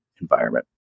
environment